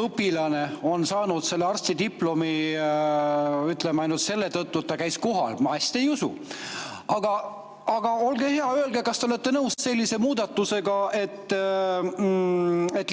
õpilane saanud arstidiplomi, ütleme, ainult selle tõttu, et ta käis kohal? Ma hästi ei usu. Aga olge hea, öelge, kas te olete nõus sellise muudatusega, et